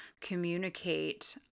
communicate